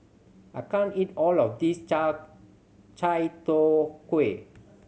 I can't eat all of this chai tow kway